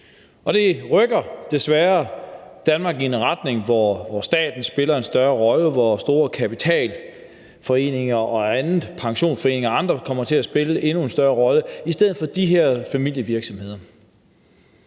Det rykker desværre Danmark i en retning, hvor staten spiller en større rolle, og hvor store kapitalforeninger, pensionsordninger og andre kommer til at spille en endnu større rolle i stedet for de her familievirksomheder.